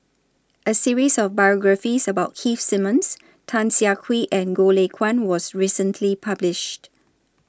A series of biographies about Keith Simmons Tan Siah Kwee and Goh Lay Kuan was recently published